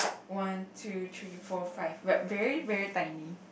one two three four five but very very tiny